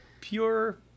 pure